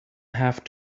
have